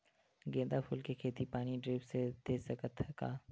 गेंदा फूल के खेती पानी ड्रिप से दे सकथ का?